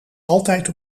altijd